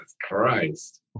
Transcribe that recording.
Christ